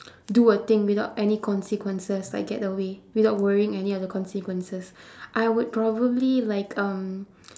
do a thing without any consequences I get away without worrying any other consequences I would probably like um